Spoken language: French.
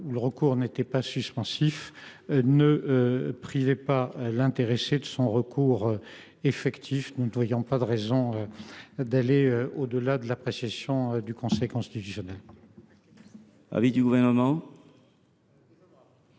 le recours n’est pas suspensif ne privait pas l’intéressé de son droit à un recours effectif. Nous ne voyons pas de raison d’aller au delà de l’appréciation du juge constitutionnel.